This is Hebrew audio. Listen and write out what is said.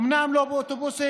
אומנם לא באוטובוסים,